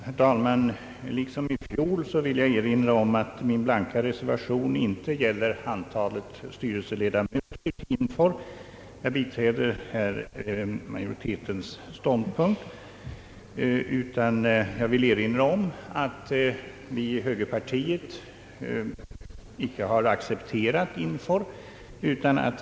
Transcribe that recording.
Herr talman! Liksom i fjol vill jag erinra om att min blanka reservation inte gäller antalet styrelseledamöter i INFOR. Jag biträder i det fallet majoritetens mening. Jag vill framhålla att vi i högerpartiet inte har accepterat INFOR.